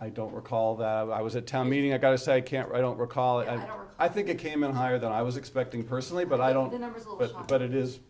i don't recall that i was a town meeting i got to say i can't i don't recall and i think it came in higher than i was expecting personally but i don't know but it is